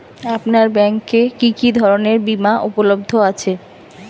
আপনার ব্যাঙ্ক এ কি কি ধরনের বিমা উপলব্ধ আছে?